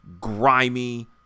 grimy